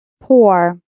poor